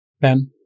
Ben